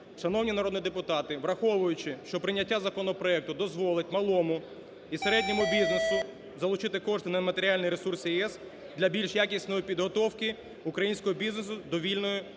Шановні народні депутати, враховуючи, що прийняття законопроекту дозволить малому і середньому бізнесу залучити кошти на матеріальні ресурси ЄС для більш якісної підготовки українського бізнесу до вільної торгівлі